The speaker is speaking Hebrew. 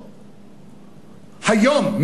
היום,